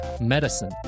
Medicine